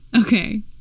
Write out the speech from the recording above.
Okay